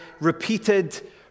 repeated